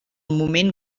moment